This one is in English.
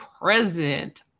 president